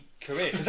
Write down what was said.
career